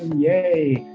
yay!